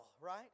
right